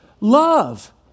love